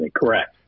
Correct